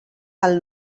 del